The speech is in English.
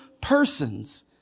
persons